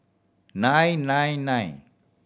nine nine nine